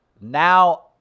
now